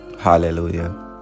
Hallelujah